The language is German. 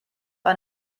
war